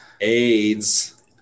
Aids